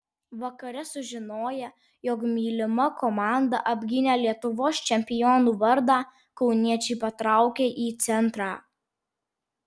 vakare sužinoję jog mylima komanda apgynė lietuvos čempionų vardą kauniečiai patraukė į centrą